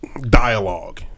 dialogue